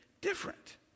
different